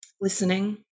listening